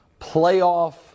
playoff